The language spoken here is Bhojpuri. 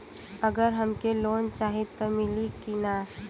अगर हमके लोन चाही त मिली की ना?